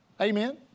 Amen